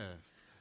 Yes